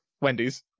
Wendy's